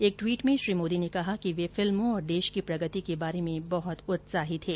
एक ट्वीट में श्री मोदी ने कहा कि वे फिल्मों और देश की प्रगति के बारे में बहत उत्साही थे